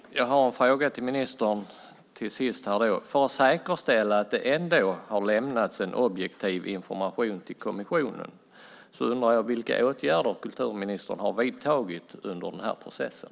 För att säkerställa att det ändå har lämnats objektiv information till kommissionen undrar jag vilka åtgärder kulturministern har vidtagit under processen.